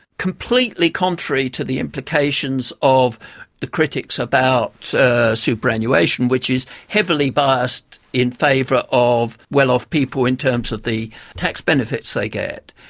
completely contrary to the implications of the critics about superannuation, which is heavily biased in favour of well-off people in terms of the tax benefits they get.